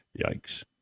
Yikes